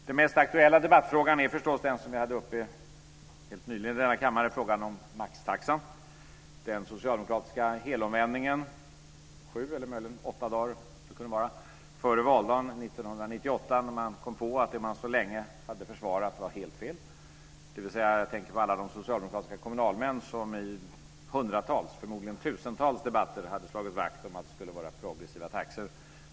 Den mest aktuella debattfrågan är förstås den som vi hade uppe helt nyligen i denna kammare, nämligen frågan om maxtaxan. Det var en socialdemokratisk helomvändning sju, eller möjligen åtta, dagar före valdagen 1998, då man kom på att det man så länge hade försvarat var helt fel. Jag tänker på alla de socialdemokratiska kommunalmännen som i hundratals, förmodligen tusentals, debatter hade slagit vakt om progressiva taxor.